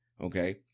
Okay